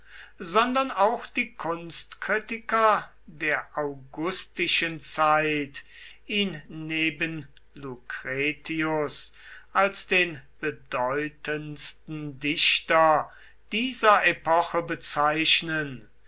sondern auch die kunstkritiker der augustischen zeit ihn neben lucretius als den bedeutendsten dichter dieser epoche bezeichnen